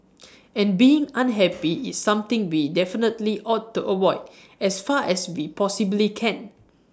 and being unhappy is something we definitely ought to avoid as far as we possibly can